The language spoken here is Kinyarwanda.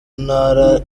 ntara